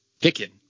Picking